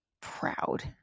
proud